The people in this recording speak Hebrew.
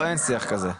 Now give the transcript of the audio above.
או אין שיח כזה?